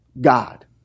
God